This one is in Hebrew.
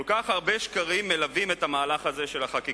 כל כך הרבה שקרים מלווים את המהלך הזה של החקיקה.